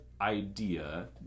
idea